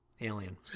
alien